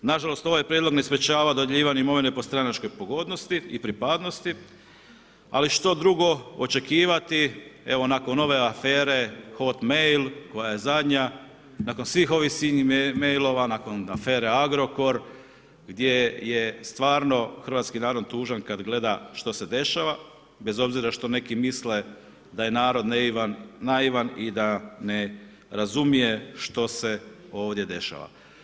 Nažalost ovaj prijedlog ne sprečava dodjeljivanje imovine po stranačkoj pogodnosti i pripadnosti, ali što drugo očekivati evo nakon ove afere hotmail koja je zadnja, nakon svih ovih silnih mailova, nakon afere Agrokor gdje je stvarno hrvatski narod tužan kad gleda što se dešava, bez obzira što neki misle da je narod naivan i da ne razumije što se ovdje dešava.